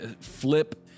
flip